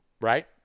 right